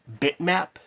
bitmap